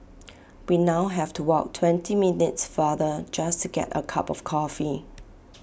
we now have to walk twenty minutes farther just to get A cup of coffee